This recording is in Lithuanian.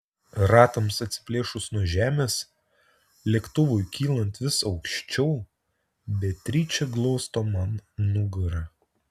ratams atsiplėšus nuo žemės lėktuvui kylant vis aukščiau beatričė glosto man nugarą